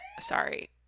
Sorry